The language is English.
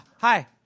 Hi